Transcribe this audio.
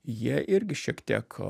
jie irgi šiek tiek